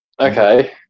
okay